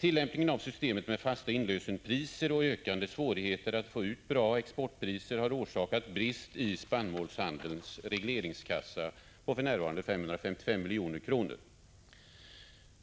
Tillämpningen av systemet med fasta inlösenpriser och ökande svårigheter att få ut bra exportpriser har orsakat brist i spannmålshandelns regleringskassa på för närvarande 555 milj.kr.